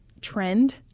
trend